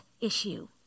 issue